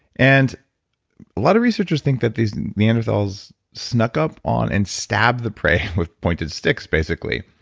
and a lot of researchers think that these neanderthals snuck up on and stabbed the prey with pointed sticks basically.